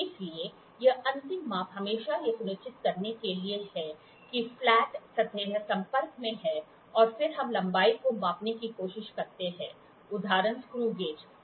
इसलिए यह अंतिम माप हमेशा यह सुनिश्चित करने के लिए है कि फ्लैट सतहें संपर्क में हैं और फिर हम लंबाई को मापने की कोशिश करते हैं उदाहरण स्क्रूगेज है